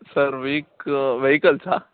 sir vehicles